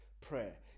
Prayer